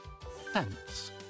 Thanks